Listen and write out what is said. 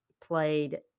played